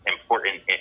important